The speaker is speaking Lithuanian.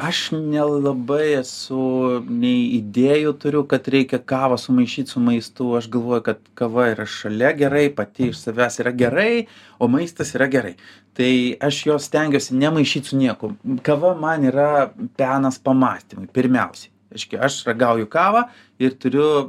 aš nelabai esu nei idėjų turiu kad reikia kavą sumaišyt su maistu galvoju kad kava yra šalia gerai pati iš savęs yra gerai o maistas yra gerai tai aš jos stengiuosi nemaišyt su niekuom kava man yra penas pamąstymui pirmiausiai reiškia aš ragauju kavą ir turiu